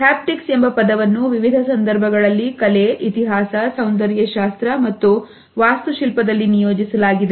haptics ಎಂಬ ಪದವನ್ನು ವಿವಿಧ ಸಂದರ್ಭಗಳಲ್ಲಿ ಕಲೆ ಇತಿಹಾಸ ಸೌಂದರ್ಯಶಾಸ್ತ್ರ ಮತ್ತು ವಾಸ್ತುಶಿಲ್ಪದಲ್ಲಿ ನಿಯೋಜಿಸಲಾಗಿದೆ